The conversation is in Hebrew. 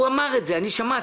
הוא אמר את זה, אני שמעתי.